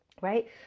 right